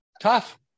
tough